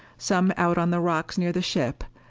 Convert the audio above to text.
some out on the rocks near the ship,